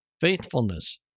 faithfulness